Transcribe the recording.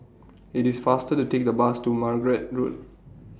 IT IS faster to Take The Bus to Margate Road